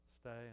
stay